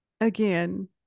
Again